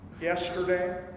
yesterday